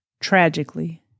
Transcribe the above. tragically